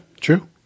true